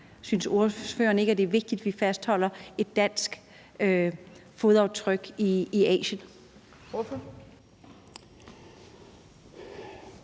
Synes ordføreren ikke, at det er vigtigt, vi fastholder et dansk fodaftryk i Asien?